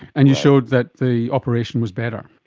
and you showed that the operation was better.